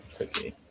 okay